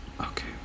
okay